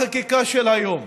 החקיקה של היום.